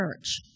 church